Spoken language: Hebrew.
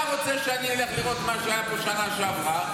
אתה רוצה שאני אלך לראות מה שהיה פה בשנה שעברה,